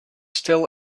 still